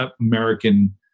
American